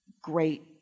great